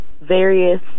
various